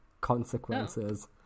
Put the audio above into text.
Consequences